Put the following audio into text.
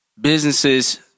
businesses